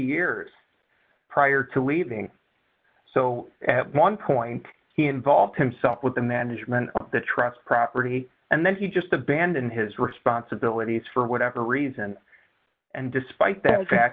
years prior to leaving so at one point he involved himself with the management of the trust property and then he just abandoned his responsibilities for whatever reason and despite th